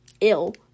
ill